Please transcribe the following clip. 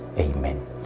amen